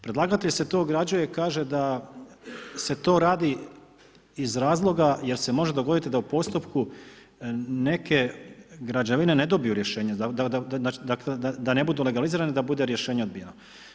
Predlagatelj se tu ograđuje, kaže da se to radi iz razloga jer se može dogoditi da u postupku neke građevine ne dobiju rješenje, da ne budu legalizirane, da bude rješenje odbijeno.